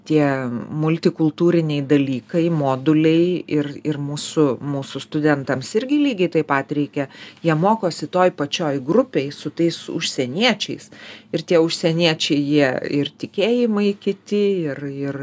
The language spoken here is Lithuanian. tie multikultūriniai dalykai moduliai ir ir mūsų mūsų studentams irgi lygiai taip pat reikia jie mokosi toje pačioj grupėje su tais užsieniečiais ir tie užsieniečiai jie ir tikėjimai kiti ir ir